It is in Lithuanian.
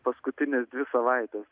paskutines dvi savaites